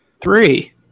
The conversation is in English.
Three